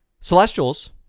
Celestials